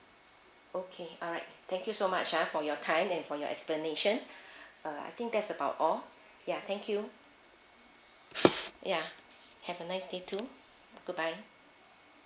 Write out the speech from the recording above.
okay alright thank you so much ah for your time and for your explanation uh I think that's about all ya thank you ya have a nice day too goodbye